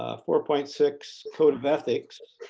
ah four point six, code of ethics,